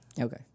Okay